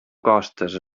costes